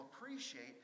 appreciate